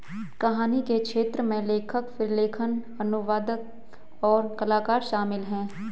कहानी के श्रेय में लेखक, प्रलेखन, अनुवादक, और कलाकार शामिल हैं